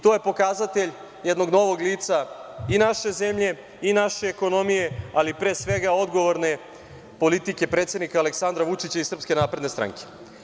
To je pokazatelj jednog novog lica i naše zemlje i naše ekonomije, ali pre svega odgovorne politike predsednika Aleksandra Vučića i SNS.